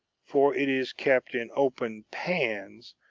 for it is kept in open pans,